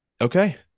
Okay